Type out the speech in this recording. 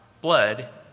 blood